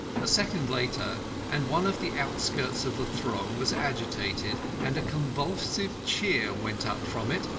a second later and one of the outskirts of the throng was agitated, and a convulsive cheer went up from it,